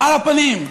על הפנים,